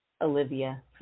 Olivia